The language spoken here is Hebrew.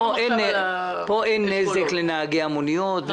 פה אין נזק לבעלי המוניות.